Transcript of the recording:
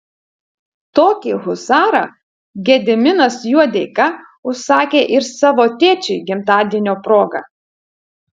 tokį husarą gediminas juodeika užsakė ir savo tėčiui gimtadienio proga